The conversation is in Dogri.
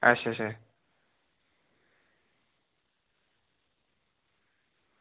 अच्छा अच्छा